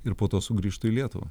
ir po to sugrįžtų į lietuvą